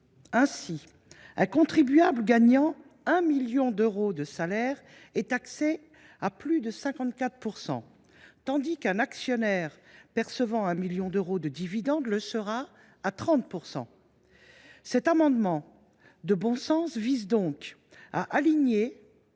Ainsi, un contribuable gagnant 1 million d’euros de salaire est taxé à plus de 54 %, tandis qu’un actionnaire percevant 1 million d’euros de dividendes l’est à hauteur de 30 %. Cet amendement de bon sens vise à aligner